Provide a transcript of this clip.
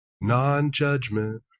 non-judgment